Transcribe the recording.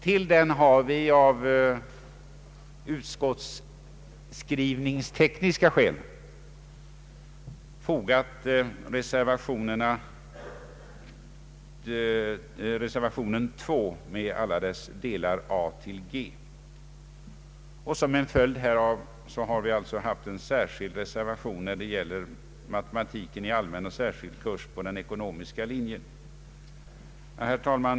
Till den har vi av utskottsskrivningstekniska skäl fogat reservation nr 2 med alla dess delar a—g. Som en följd härav har vi alltså en särskild reservation när det gäller matematiken i allmän och särskild kurs på den ekonomiska linjen. Herr talman!